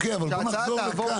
אוקיי, אבל בוא נחזור לכאן.